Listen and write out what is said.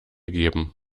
geben